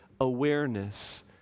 awareness